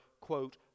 quote